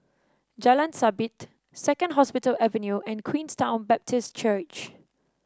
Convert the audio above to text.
Jalan Sabit Second Hospital Avenue and Queenstown Baptist Church